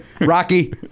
Rocky